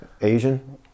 asian